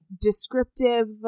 descriptive